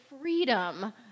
freedom